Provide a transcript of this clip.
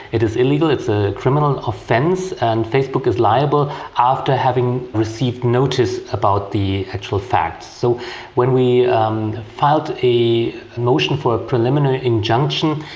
it is illegal, it's a criminal offence and facebook is liable after having received notice about the actual facts. so when we um filed a motion for a preliminary injunction,